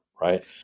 right